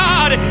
God